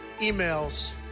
emails